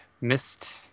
missed